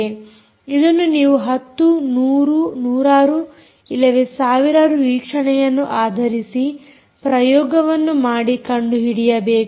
ಇದನ್ನು ನೀವು ಹತ್ತು ನೂರಾರು ಇಲ್ಲವೇ ಸಾವಿರಾರು ವೀಕ್ಷಣೆಯನ್ನು ಆಧಾರಿಸಿ ಪ್ರಯೋಗವನ್ನು ಮಾಡಿ ಕಂಡುಹಿಡಿಯಬೇಕು